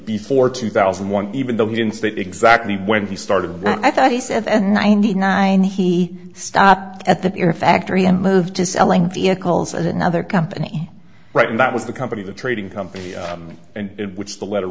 before two thousand and one even though he didn't state exactly when he started i thought he said and ninety nine he stopped at the pure factory and moved to selling vehicles at another company right and that was the company the trading company and which the letter